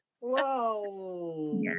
Whoa